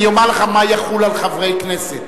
אני אומר לך מה יחול על חברי הכנסת.